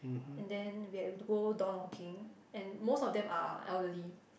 and then we had to go door knocking and most of them are elderly